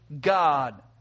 God